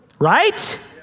Right